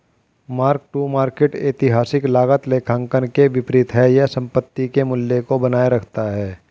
mark to market ऐतिहासिक लागत लेखांकन के विपरीत है यह संपत्ति के मूल्य को बनाए रखता है